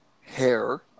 hair